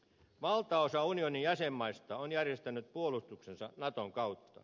valtaosa unionin jäsenmaista on järjestänyt puolustuksensa naton kautta